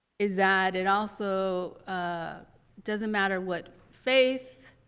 is that it also ah doesn't matter what faith,